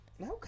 Okay